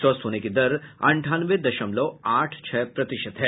स्वस्थ होने की दर अंठानवे दशमलव आठ छह प्रतिशत है